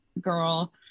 girl